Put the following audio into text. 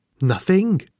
Nothing